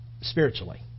spiritually